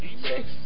Six